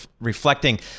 reflecting